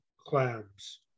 clams